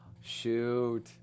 Shoot